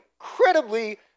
incredibly